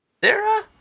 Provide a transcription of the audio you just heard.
Sarah